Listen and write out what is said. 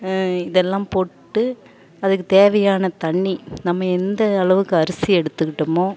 இதெல்லாம் போட்டு அதுக்கு தேவையான தண்ணி நம்ம எந்த அளவுக்கு அரிசி எடுத்துக்கிட்டோமோ